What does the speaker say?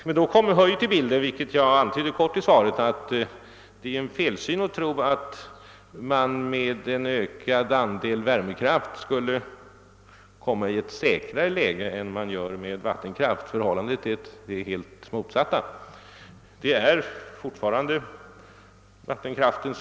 Men det är — såsom jag i korthet antydde i svaret — felaktigt att tro att man genom en ökning av andelen värmekraft skulle komma i ett säkrare läge. Förhållandet är det rakt motsatta, ty vattenkrafien är.